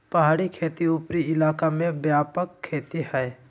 पहाड़ी खेती उपरी इलाका में व्यापक खेती हइ